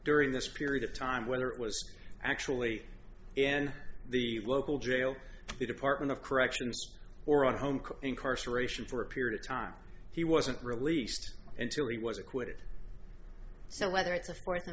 during this period of time whether it was actually in the local jail the department of corrections or at home could incarceration for a period of time he wasn't released until he was acquitted so whether it's a fourth a